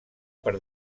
per